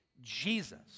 Jesus